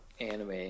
anime